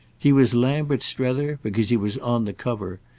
he was lambert strether because he was on the cover,